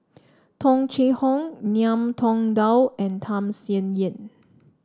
Tung Chye Hong Ngiam Tong Dow and Tham Sien Yen